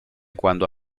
cuando